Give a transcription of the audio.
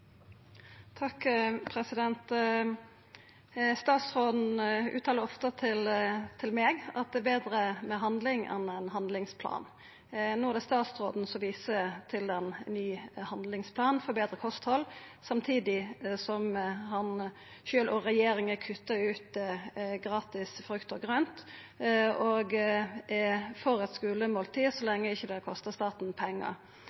Statsråden uttaler ofte til meg at det er betre med handling enn med ein handlingsplan. No er det statsråden som viser til ein ny handlingsplan for betre kosthald, samtidig som han sjølv og regjeringa kuttar ut gratis frukt og grønt og er for eit skulemåltid så lenge det ikkje kostar staten pengar.